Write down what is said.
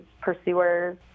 pursuers